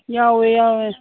ꯌꯥꯎꯋꯦ ꯌꯥꯎꯋꯦ